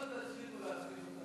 לא תצליחו להפחיד אותנו.